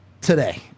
today